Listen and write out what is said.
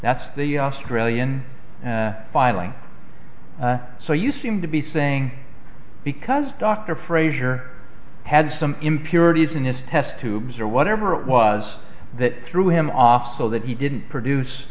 that's the australian filing so you seem to be saying because dr frazier had some impurities in this test tubes or whatever it was that threw him off so that he didn't produce